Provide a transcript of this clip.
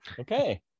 Okay